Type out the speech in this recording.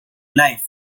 life